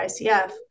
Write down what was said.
ICF